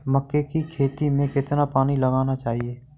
मक्के की खेती में कितना पानी लगाना चाहिए?